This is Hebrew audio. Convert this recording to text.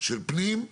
של פנים,